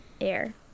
air